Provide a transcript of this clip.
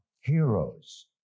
heroes